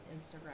Instagram